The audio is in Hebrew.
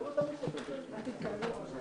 בלי יכולת להתייעץ עם גורמי המקצוע,